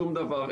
שום דבר,